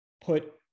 put